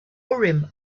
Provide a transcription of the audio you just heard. urim